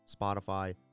Spotify